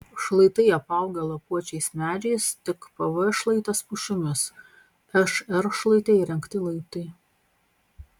šlaitai apaugę lapuočiais medžiais tik pv šlaitas pušimis šr šlaite įrengti laiptai